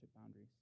boundaries